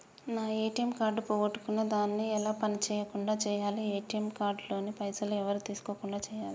నా ATM card పోగొట్టుకున్నా దాన్ని ఎలా పని చేయకుండా చేయాలి ఏ.టి.ఎమ్ కార్డు లోని పైసలు ఎవరు తీసుకోకుండా చేయాలి?